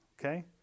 Okay